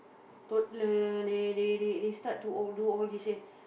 toddler they they they they start to oh do all this eh